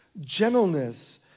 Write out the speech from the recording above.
gentleness